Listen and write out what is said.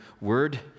word